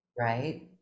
right